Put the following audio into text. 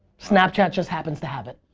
snapchat just happens to have it.